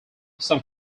some